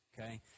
Okay